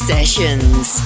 Sessions